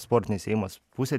sportinis ėjimas pusę